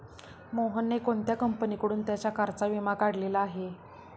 मोहनने कोणत्या कंपनीकडून त्याच्या कारचा विमा काढलेला आहे?